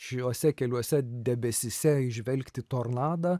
šiuose keliuose debesyse įžvelgti tornadą